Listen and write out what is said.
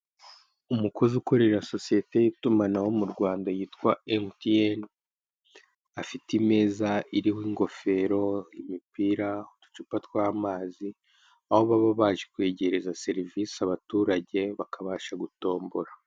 Umukozi ukorera sosiyete y'itumanaho mu Rwanda yitwa emutiyene, afite imeza iriho ingofero, imipira, uducupa tw'amazi, aho baba baje kwegereza serivise abaturage bakabasha gutombora.